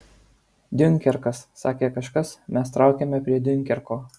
diunkerkas sakė kažkas mes traukiame prie diunkerko